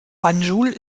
banjul